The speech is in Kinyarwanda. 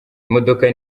imodoka